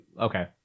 okay